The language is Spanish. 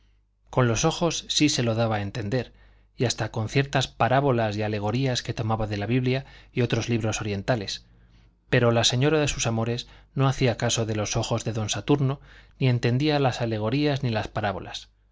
con los ojos sí se lo daba a entender y hasta con ciertas parábolas y alegorías que tomaba de la biblia y otros libros orientales pero la señora de sus amores no hacía caso de los ojos de don saturno ni entendía las alegorías ni las parábolas